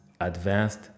advanced